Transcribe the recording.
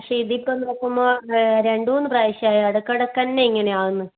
പക്ഷെ ഇതിപ്പം നോക്കുമ്പോൾ രണ്ടുമൂന്ന് പ്രാവശ്യമായി ഇടയ്ക്കിടയ്ക്കുതന്നെ ഇങ്ങനെയാവുമെന്ന്